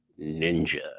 Ninja